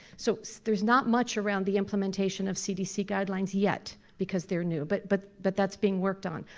so so there's not much around the implementation of cdc guidelines yet because they're new, but but but that's being worked on.